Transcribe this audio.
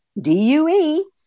D-U-E